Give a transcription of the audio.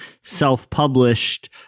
self-published